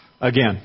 again